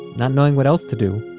not knowing what else to do,